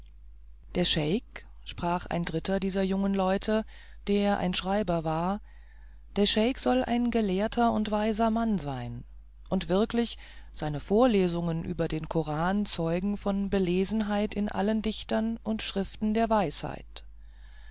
der scheik sprach ein dritter dieser jungen leute der ein schreiber war der scheik soll ein gelehrter und weiser mann sein und wirklich seine vorlesungen über den koran zeugen von belesenheit in allen dichtern und schriften der weisheit